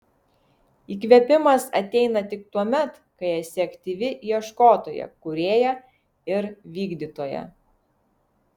įkvėpimas ateina tik tuomet kai esi aktyvi ieškotoja kūrėja ir vykdytoja